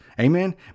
Amen